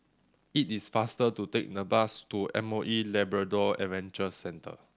it is faster to take the bus to M O E Labrador Adventure Centre